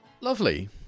Lovely